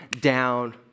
down